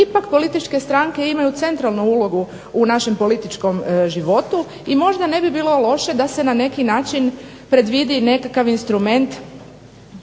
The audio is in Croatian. ipak političke stranke imaju centralnu ulogu u našem političkom životu i možda ne bi bilo loše da se na neki način predvidi nekakav instrument